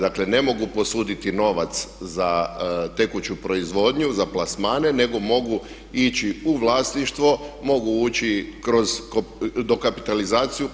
Dakle, ne mogu posuditi novac za tekuću proizvodnju, za plasmane nego mogu ići u vlasništvo, mogu ući kroz dokapitalizaciju.